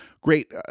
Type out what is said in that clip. great